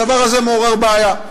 הדבר הזה מעורר בעיה.